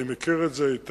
אני מכיר את זה היטב.